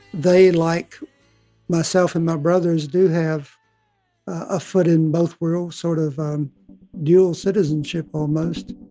they, like myself and my brothers, do have a foot in both worlds, sort of dual citizenship almost.